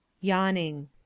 yawning